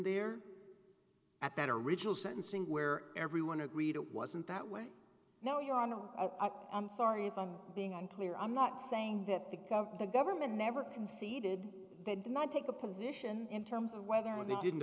there at that original sentencing where everyone agreed it wasn't that way now you are no i'm sorry if i'm being unclear i'm not saying that the the government never conceded they did not take a position in terms of whether they didn't